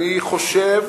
אני חושב